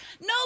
no